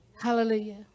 Hallelujah